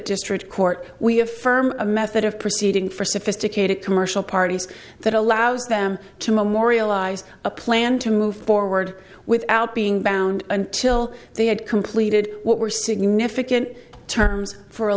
district court we affirm a method of proceeding for sophisticated commercial parties that allows them to memorialize a plan to move forward without being bound until they had completed what were